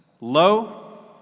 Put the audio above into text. Low